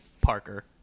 Parker